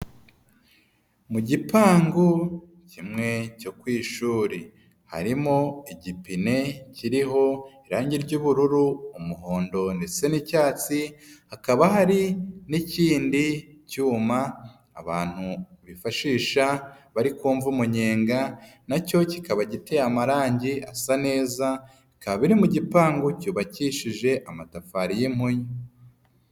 Mu gipangu kimwe cyo ku ishuri harimo igipine kiriho irangi ry'ubururu, umuhondo ndetse ndetse n'icyatsi, hakaba hari n'ikindi cyuma abantu bifashisha bari kumvu umunyenga na cyo kikaba giteye amarange asa neza, bikaba biri mu gipangu cyubakishije amatafari y'impunyu.